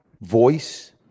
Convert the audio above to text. voice